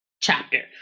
chapter